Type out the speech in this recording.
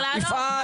בכלל לא.